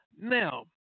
Now